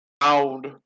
found